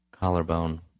Collarbone